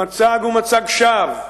המצג הוא מצג שווא.